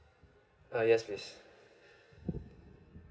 uh yes please